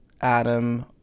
Adam